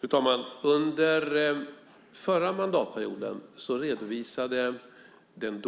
Fru talman! Under förra mandatperioden redovisade den